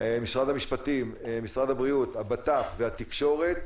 משרד המשפטים, משרד הבריאות, הבט"פ והתקשורת